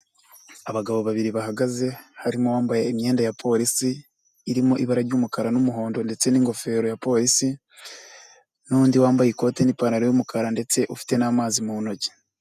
Abagabo babiri bahagaze, harimo bambaye imyenda ya Polisi irimo ibara ry'umukara n'umuhondo ndetse n'ingofero ya Polisi n'undi wambaye ikote n'ipantaro y'umukara ndetse ufite n'amazi mu ntoki.